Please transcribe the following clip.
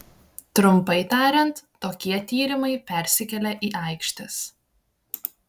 trumpai tariant tokie tyrimai persikelia į aikštes